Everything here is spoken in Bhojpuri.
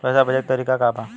पैसा भेजे के तरीका का बा?